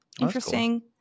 interesting